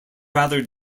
rather